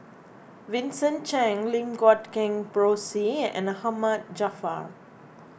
Vincent Cheng Lim Guat Kheng Rosie and Ahmad Jaafar